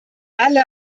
alle